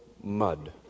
mud